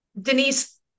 Denise